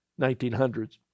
1900s